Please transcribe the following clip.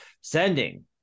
sending